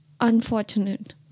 unfortunate